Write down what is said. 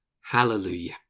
hallelujah